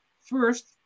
first